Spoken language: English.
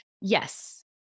yes